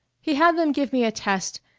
he had them give me a test,